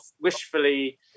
wishfully